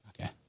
Okay